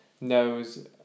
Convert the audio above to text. knows